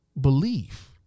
belief